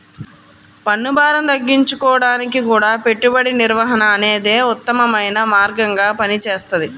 పన్నుభారం తగ్గించుకోడానికి గూడా పెట్టుబడి నిర్వహణ అనేదే ఉత్తమమైన మార్గంగా పనిచేస్తది